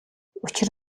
учир